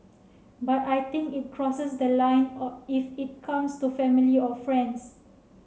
but I think it crosses the line or it comes to family or friends